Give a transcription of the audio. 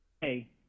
hey